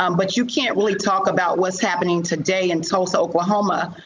um but you can't really talk about what's happening today in tulsa, oklahoma,